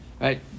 right